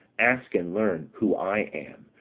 ask, and learn who i am,